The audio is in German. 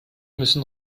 müssen